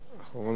אדוני